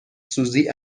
سوزی